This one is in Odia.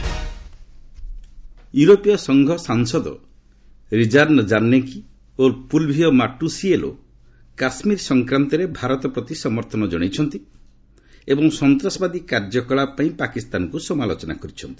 ଇୟୁ କାଶ୍ମୀର ୟୀରୋପୀୟ ସଂଘ ସାଂସଦ ରିଜାର୍ନ ଜାର୍ନେକୀ ଓ ଫୁଲ୍ଭିଓ ମାର୍ଚୁସିଏଲୋ କାଶ୍ମୀର ସଂକ୍ରାନ୍ତରେ ଭାରତ ପ୍ରତି ସମର୍ଥନ ଜଣାଇଛନ୍ତି ଏବଂ ସନ୍ତାସବାଦୀ କାର୍ଯ୍ୟକଳାପ ପାଇଁ ପାକିସ୍ତାନକୁ ସମାଲୋଚନା କରିଛନ୍ତି